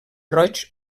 roig